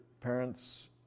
parents